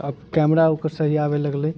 आब कैमरा ओकर सही आबै लगलै